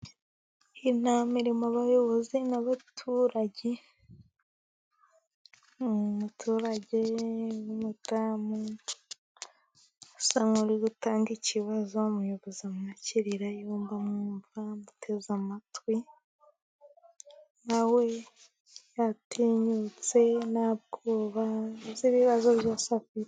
Inama irimo abayobozi n'abaturage, umuturage w'umudamu usa nuri gutanga ikibazo, umuyobozi amwakirira yumva amwumva, amuteze amatwi, nawe yatinyutse nta bwoba abaza ibibazo byose afite.